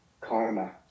karma